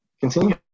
continue